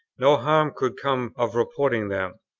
no harm could come of reporting them.